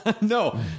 No